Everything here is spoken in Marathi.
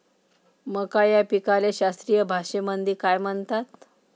मका या पिकाले शास्त्रीय भाषेमंदी काय म्हणतात?